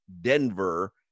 Denver